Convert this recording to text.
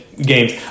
Games